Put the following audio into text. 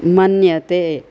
मन्यते